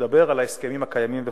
שמדבר על ההסכמים הקיימים וכו'.